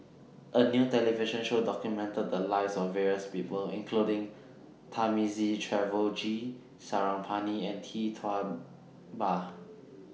A New television Show documented The Lives of various People including Thamizhavel G Sarangapani and Tee Tua Ba